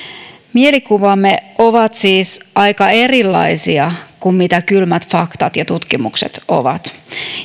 mielikuvamme ovat siis aika erilaisia kuin mitä kylmät faktat ja tutkimukset ovat